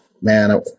man